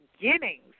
beginnings